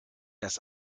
das